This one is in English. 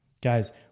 Guys